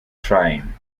trying